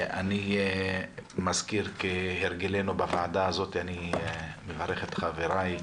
אני מזכיר כהרגלנו בוועדה הזאת ומברך את חבריי,